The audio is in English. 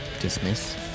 dismiss